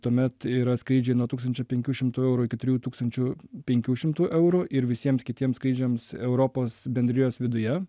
tuomet yra skrydžiai nuo tūkstančio penkių šimtų eurų iki trijų tūkstančių penkių šimtų eurų ir visiems kitiems skrydžiams europos bendrijos viduje